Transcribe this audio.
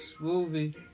Smoothie